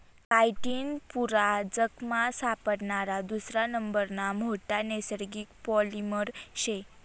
chitin पुरा जगमा सापडणारा दुसरा नंबरना मोठा नैसर्गिक पॉलिमर शे